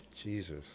Jesus